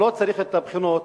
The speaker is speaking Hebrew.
לא צריך את הבחינות.